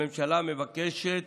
הממשלה מבקשת